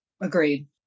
Agreed